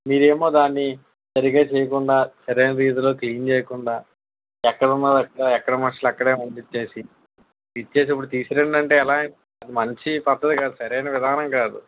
మీరేమో దాన్ని సరిగా చెయ్యకుండా సరైన రీతిలో క్లీన్ చెయ్యకుండా ఎక్కడ ఉన్నవి అక్కడే ఎక్కడ మనుషులు అక్కడే ఉండి ఇచ్చేసి ఇచ్చేసి ఇప్పుడు తీసుకురండి ఎలా అది మంచి పద్ధతి కాదు సరైన విధానం కాదు